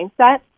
mindset